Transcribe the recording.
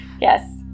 Yes